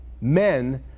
men